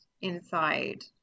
inside